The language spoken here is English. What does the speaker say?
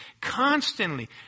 constantly